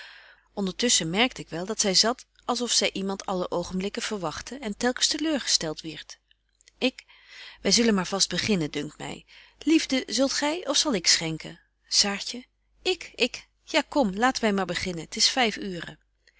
ondertusschen merkte ik wel dat zy zat als of zy iemand alle oogenblikken verwagtte en telkens te leur gestelt wierdt betje wolff en aagje deken historie van mejuffrouw sara burgerhart ik wy zullen maar vast beginnen dunkt my liefde zult gy of zal ik schenken saartje ik ik ja kom laten wy maar beginnen t is vyf uuren